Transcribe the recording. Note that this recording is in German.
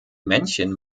männchen